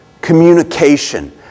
communication